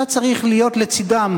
אתה צריך להיות לצדם,